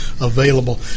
available